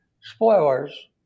spoilers